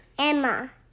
Emma